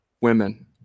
women